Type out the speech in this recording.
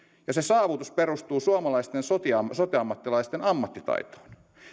ja se saavutus perustuu suomalaisten sote ammattilaisten ammattitaitoon